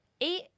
eight